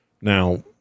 Now